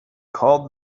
called